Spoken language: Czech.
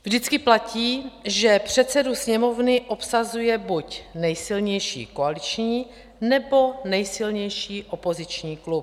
Vždycky platí, že předsedu Sněmovny obsazuje buď nejsilnější koaliční, nebo nejsilnější opoziční klub.